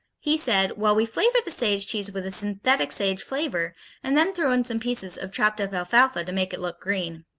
he said, well, we flavor the sage cheese with a synthetic sage flavor and then throw in some pieces of chopped-up alfalfa to make it look green.